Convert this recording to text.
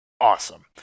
awesome